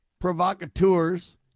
provocateurs